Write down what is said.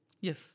Yes